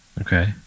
Okay